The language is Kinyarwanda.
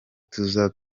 tuza